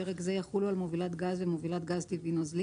פרק זה יחולו על מובילת גז ומובילת גז טבעי נוזלי,